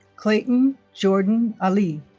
clayton jordan ali